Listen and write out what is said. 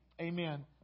amen